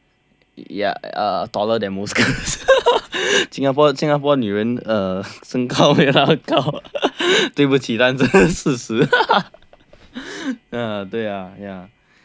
ya uh taller than most girls Singapore Singapore 女人 uh 身高比较高对不起但是这是事实 嗯对啊 ya